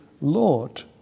Lord